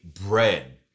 bread